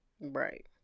Right